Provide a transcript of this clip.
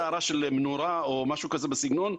נתת הערה של מנורה או משהו בסגנון.